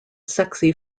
sexy